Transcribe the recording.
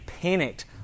panicked